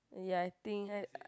ya I think ha~